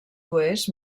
oest